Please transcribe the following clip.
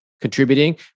contributing